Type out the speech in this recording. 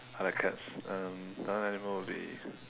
I like cats um another animal would be